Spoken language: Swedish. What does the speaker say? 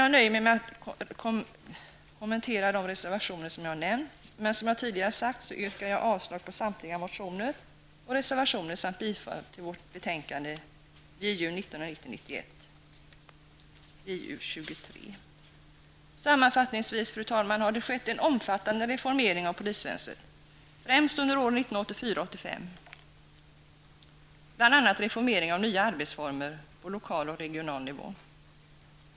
Jag nöjer mig med att kommentera de reservationer som jag nämnt. Men, som jag tidigare sagt, yrkar jag avslag på samtliga motioner och reservationer samt bifall till hemställan i justitieutskottets betänkande 1990/91:JuU23. Sammanfattningsvis, fru talman, har det skett en omfattande reformering av polisväsendet, främst under åren 1984 och 1985. Bl.a. gäller det nya arbetsformer på lokal och regional nivå.